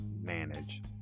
manage